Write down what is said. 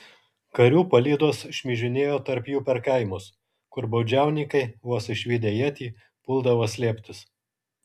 karių palydos šmižinėjo tarp jų per kaimus kur baudžiauninkai vos išvydę ietį puldavo slėptis